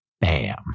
Bam